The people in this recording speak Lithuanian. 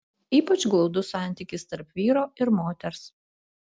ypač glaudus santykis tarp vyro ir moters